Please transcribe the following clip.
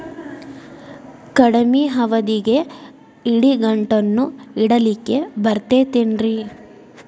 ಕಡಮಿ ಅವಧಿಗೆ ಇಡಿಗಂಟನ್ನು ಇಡಲಿಕ್ಕೆ ಬರತೈತೇನ್ರೇ?